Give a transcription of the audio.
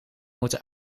moeten